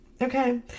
Okay